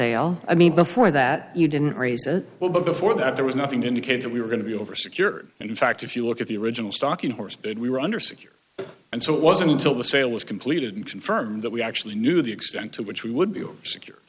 sale i mean before that you didn't raise it well before that there was nothing to indicate that we were going to be over secured and in fact if you look at the original stalking horse we were under secure and so it wasn't until the sale was completed and confirmed that we actually knew the extent to which we would be secure